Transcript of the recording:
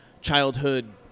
childhood